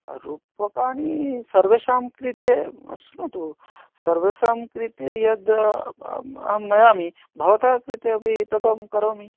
रूप्यकानि सर्वेषां कृते शृणोतु सर्वेषां कृते यत् अहं नयामि भवत कृते अपि तत् अहं करोमि